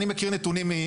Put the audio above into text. אני מכיר נתונים.